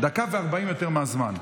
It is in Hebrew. דקה ו-40 יותר מהזמן.